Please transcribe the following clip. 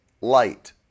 light